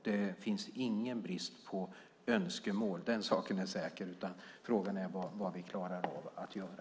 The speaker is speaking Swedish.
Det finns ingen brist på önskemål, den saken är säker. Frågan är vad vi klarar av att göra.